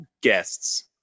guests